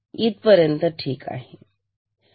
पर्यंत ठीक आहे